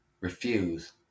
refuse